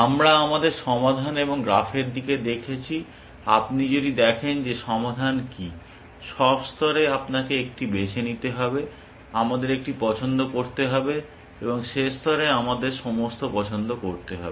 আমরা আমাদের সমাধান এবং গ্রাফের দিকে দেখেছি আপনি যদি দেখেন যে সমাধান কী সব স্তরে আপনাকে একটি বেছে নিতে হবে আমাদের একটি পছন্দ করতে হবে এবং শেষ স্তরে আমাদের সমস্ত পছন্দ করতে হবে